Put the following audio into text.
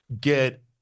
get